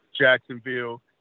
Jacksonville